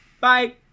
Bye